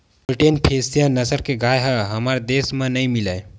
Holstein Friesian नसल के गाय ह हमर देस म नइ मिलय